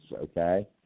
okay